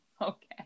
Okay